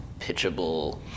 pitchable